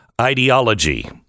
ideology